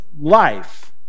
life